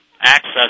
access